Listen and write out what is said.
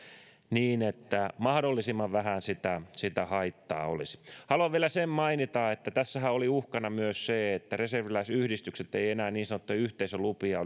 niin että mahdollisimman vähän sitä sitä haittaa olisi haluan vielä sen mainita että tässähän oli uhkana myös se että reserviläisyhdistykset eivät enää niin sanottuja yhteisölupia